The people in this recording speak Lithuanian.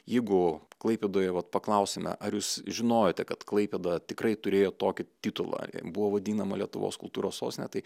jeigu klaipėdoj vat paklausime ar jūs žinojote kad klaipėda tikrai turėjo tokį titulą buvo vadinama lietuvos kultūros sostine tai